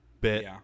bit